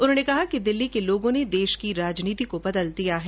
उन्होंने कहा कि दिल्ली के लोगों ने देश की राजनीति को बदल दिया है